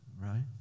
right